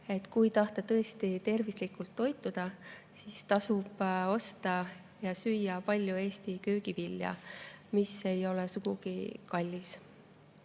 Kui tahta tõesti tervislikult toituda, siis tasub osta ja süüa palju Eesti köögivilja, mis ei ole sugugi kallis. Aga